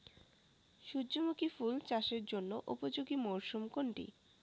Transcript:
সূর্যমুখী ফুল চাষের জন্য উপযোগী মরসুম কোনটি?